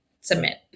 submit